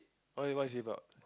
okay what is it about